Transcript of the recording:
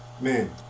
man